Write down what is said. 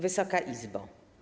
Wysoka Izbo!